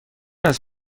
است